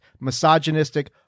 misogynistic